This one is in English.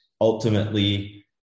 ultimately